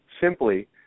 simply